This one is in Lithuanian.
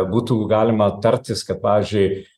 būtų galima tartis kad pavyzdžiui